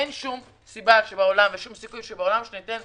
אין שום סיבה וסיכוי שבעולם שניתן